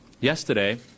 Yesterday